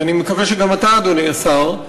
ואני מקווה שגם אתה, אדוני השר,